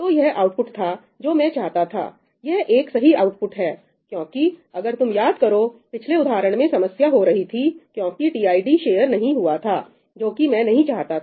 तो यह आउटपुट था जो मैं चाहता था यह एक सही आउटपुट है क्योंकि अगर तुम याद करो पिछले उदाहरण में समस्या हो रही थी क्योंकि टीआईडी शेयर नहीं हुआ था जो कि मैं नहीं चाहता था